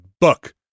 book